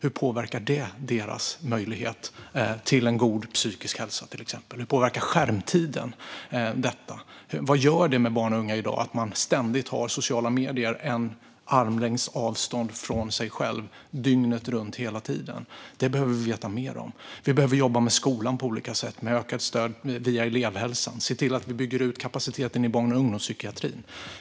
Hur påverkar det deras möjlighet till en god psykisk hälsa, till exempel? Hur påverkar skärmtiden detta? Vad gör det med barn och unga i dag att ständigt ha sociala medier på armlängds avstånd från sig själv dygnet runt, hela tiden? Vi behöver veta mer om detta. Vi behöver jobba med skolan på olika sätt, med ökat stöd via elevhälsan, och se till att bygga ut kapaciteten i barn och ungdomspsykiatrin.